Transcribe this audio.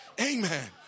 Amen